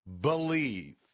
believe